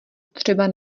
třeba